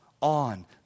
on